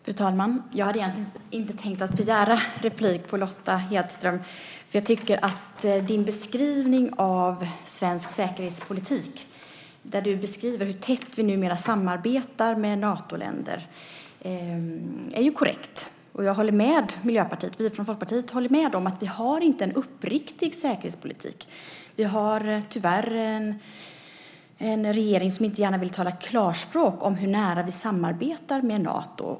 Fru talman! Jag hade egentligen inte tänkt begära replik på Lotta Hedström eftersom jag tycker att hennes beskrivning av svensk säkerhetspolitik och hur tätt vi numera samarbetar med Natoländer är korrekt. Och vi från Folkpartiet håller med Miljöpartiet om att vi inte har en uppriktig säkerhetspolitik. Vi har tyvärr en regering som inte gärna vill tala klarspråk om hur nära vi samarbetar med Nato.